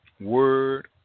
word